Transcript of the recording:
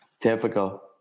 typical